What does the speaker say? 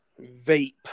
Vape